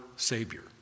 Savior